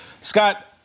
Scott